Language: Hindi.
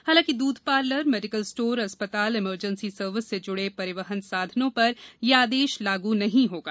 हालांकि दूध पार्लर मेडिकल स्टोर अस्पताल इमरजेंसी सर्विस से जुड़े परिवहन साधनों पर यह आदेश लागू नहीं होगा